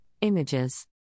Images